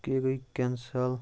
ییٚکیٛاہ گٔے کٮ۪نسَل